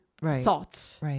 thoughts